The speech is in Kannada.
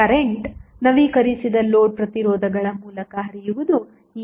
ಕರೆಂಟ್ ನವೀಕರಿಸಿದ ಲೋಡ್ ಪ್ರತಿರೋಧಗಳ ಮೂಲಕ ಹರಿಯುವುದು ಈಗ IL' ಆಗಿರುತ್ತದೆ